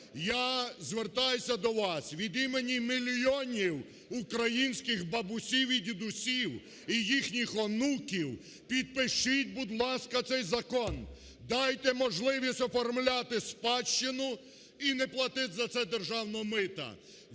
Я звертаюся до вас від імені мільйонів українських бабусів і дідусів і їхніх онуків, підпишіть, будь ласка, цей закон. Дайте можливість оформляти спадщину і не платити за це державного мита.